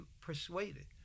persuaded